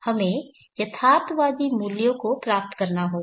हमें यथार्थवादी मूल्यों को प्राप्त करना होगा